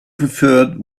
preferred